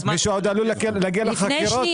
מישהו עוד עלול להגיע לחקירות.